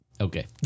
okay